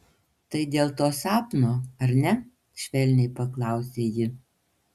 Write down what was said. tai dėl to sapno ar ne švelniai paklausė ji